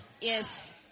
Yes